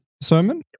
sermon